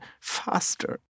faster